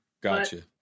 Gotcha